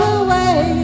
away